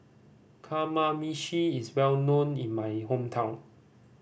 kamameshi is well known in my hometown